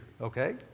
Okay